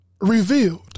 revealed